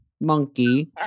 monkey